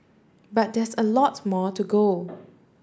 but there's a lot more to go